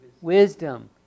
wisdom